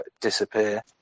disappear